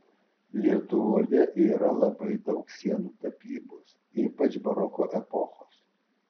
lietuvoje yra labai daug sienų tapybos ypač baroko epochos